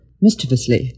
mischievously